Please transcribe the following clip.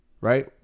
right